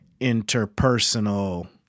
interpersonal